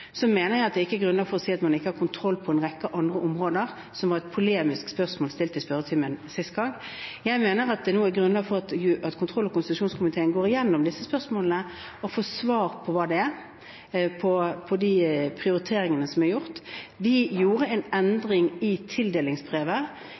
Så mener jeg at det ikke er grunnlag for å si at man ikke har kontroll på en rekke andre områder, som var et polemisk spørsmål stilt i spørretimen sist gang. Jeg mener at det nå er grunnlag for at kontroll- og konstitusjonskomiteen går igjennom disse spørsmålene og får svar på hvilke prioriteringer som er gjort. Vi gjorde en endring i tildelingsbrevet